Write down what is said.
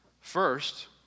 first